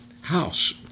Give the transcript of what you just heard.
house